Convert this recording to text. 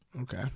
Okay